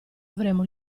avremo